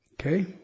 Okay